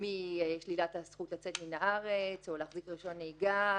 משלילת הזכות לצאת מהארץ או להחזיק רישיון נהיגה,